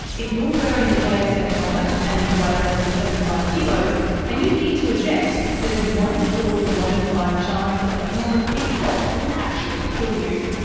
if you're wearing the jsf helmet and you weigh less than seventy five kilos and you need to eject, there's a one in four to one in five chance that the helmet itself will actually kill you.